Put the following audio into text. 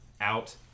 out